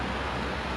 uh